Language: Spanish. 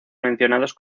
mencionados